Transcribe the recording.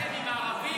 --- עם הערבים.